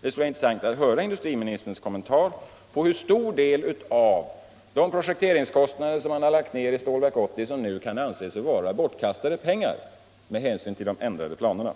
Det skulle vara intressant att höra industriministerns kommentar till hur stor del av de projekteringskostnader, som man har lagt ned i Stålverk 80, som nu kan anses vara bortkastade pengar, med hänsyn till de ändrade planerna.